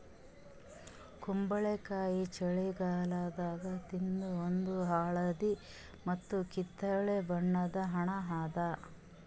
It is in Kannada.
ಕುಂಬಳಕಾಯಿ ಛಳಿಗಾಲದಾಗ ತಿನ್ನೋ ಒಂದ್ ಹಳದಿ ಮತ್ತ್ ಕಿತ್ತಳೆ ಬಣ್ಣದ ಹಣ್ಣ್ ಅದಾ